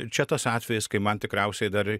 čia tas atvejis kai man tikriausiai dar